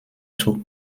took